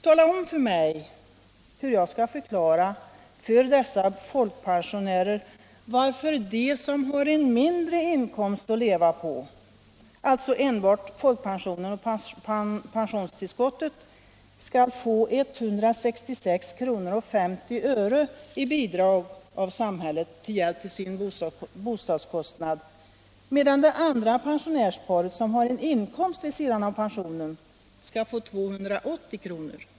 Tala om för mig hur jag skall förklara för dessa folkpensionärer varför de, som har en mindre inkomst att leva på — alltså enbart folkpensionen och pensionstillskottet — skall få 166:50 kr. i bidrag av samhället till hjälp för sin bostadskostnad, medan det andra pensionärsparet, som har en inkomst vid sidan av pensionen, skall få 280 kr.!